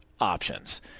options